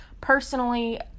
Personally